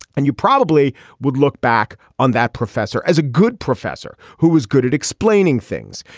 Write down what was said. and you probably would look back on that, professor, as a good professor who was good at explaining things,